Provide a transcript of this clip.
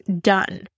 done